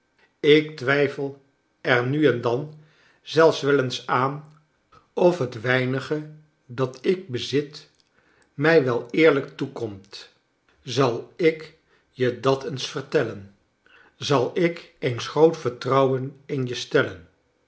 ik twijfel er nu en dan zelfs wel eens aan of het weinige dat ik bezit mij wel eerlijk toekomt zal ik je dat eens vertellen zal ik eens groot vertrouwen in je stellen